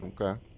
okay